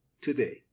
today